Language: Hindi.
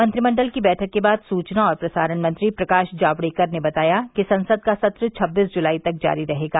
मंत्रिमंडल की बैठक के बाद सुचना और प्रसारण मंत्री प्रकाश जावड़ेकर ने बताया कि संसद का सत्र छब्बीस जुलाई तक जारी रहेगा